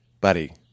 buddy